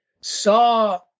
saw